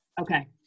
Okay